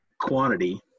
quantity